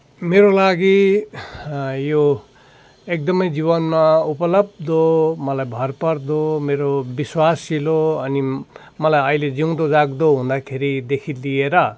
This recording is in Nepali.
मेरो लागि यो एकदमै जीवनमा उपलब्धि मलाई भरपर्दो मेरो विश्वासिलो अनि मलाई अहिले जिउँदो जाग्दो हुँदाखेरिदेखि दिएर